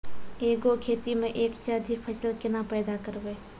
एक गो खेतो मे एक से अधिक फसल केना पैदा करबै?